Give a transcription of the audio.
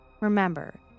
Remember